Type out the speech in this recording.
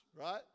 Right